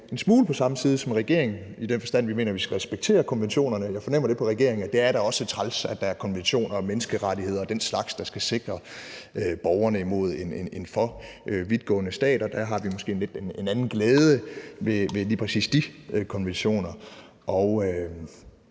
en smule på samme side som regeringen i den forstand, at vi mener, at vi skal respektere konventionerne. Jeg fornemmer lidt på regeringen, at det da også er lidt træls, at der er konventioner og menneskerettigheder og den slags, der skal sikre borgerne imod en for vidtgående stat. Og der har vi måske lidt en anden glæde ved lige præcis de konventioner